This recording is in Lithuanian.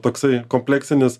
toksai kompleksinis